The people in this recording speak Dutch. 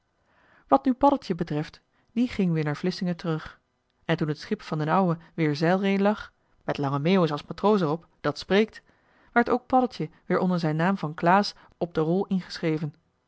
wat nu paddeltje betreft die ging weer naar vlissingen terug en toen het schip van d'n ouwe weer zeilree lag met lange meeuwis als matroos er op dat spreekt werd ook paddeltje weer onder zijn naam van klaas op de rol ingeschreven